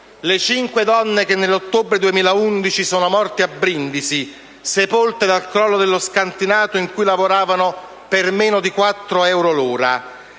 le cinque donne che nell'ottobre del 2011 sono morte a Brindisi, sepolte dal crollo dello scantinato in cui lavoravano per meno di quattro euro l'ora?